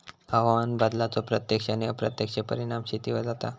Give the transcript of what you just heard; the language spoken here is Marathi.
हवामान बदलाचो प्रत्यक्ष आणि अप्रत्यक्ष परिणाम शेतीवर जाता